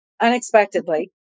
Unexpectedly